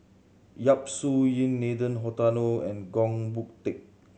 Yap Su Yin Nathan Hartono and Goh Boon Teck